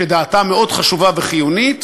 שדעתה מאוד חשובה וחיונית,